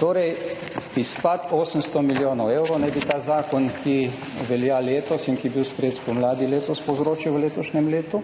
Torej, izpad 800 milijonov evrov naj bi ta zakon, ki velja letos in ki je bil sprejet spomladi letos povzročil v letošnjem letu.